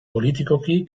politikoki